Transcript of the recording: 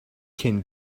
can